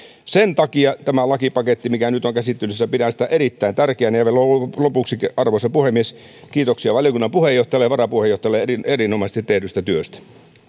sen takia pidän tätä lakipakettia mikä nyt on käsittelyssä erittäin tärkeänä vielä lopuksi arvoisa puhemies kiitoksia valiokunnan puheenjohtajalle ja varapuheenjohtajalle erinomaisesti tehdystä työstä